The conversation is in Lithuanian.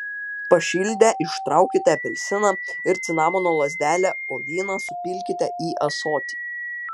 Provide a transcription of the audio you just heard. pašildę ištraukite apelsiną ir cinamono lazdelę o vyną supilkite į ąsotį